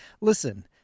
Listen